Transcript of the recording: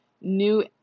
New